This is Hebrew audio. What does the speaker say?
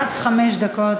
עד חמש דקות,